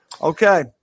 Okay